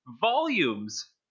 volumes